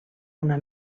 una